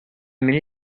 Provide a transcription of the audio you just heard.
many